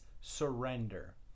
surrender